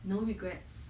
no regrets